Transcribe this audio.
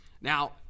Now